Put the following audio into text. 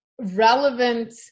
relevant